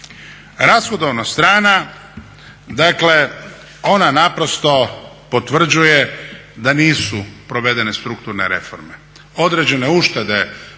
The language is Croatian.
Rashodovna strana, dakle ona naprosto potvrđuje da nisu provedene strukturne reforme. Određene uštede